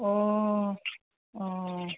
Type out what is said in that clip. অঁ অঁ